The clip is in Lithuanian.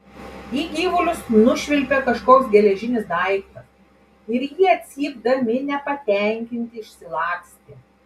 į gyvulius nušvilpė kažkoks geležinis daiktas ir jie cypdami nepatenkinti išsilakstė